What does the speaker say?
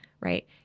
right